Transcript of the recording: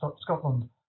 Scotland